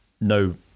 no